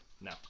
No